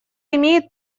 имеет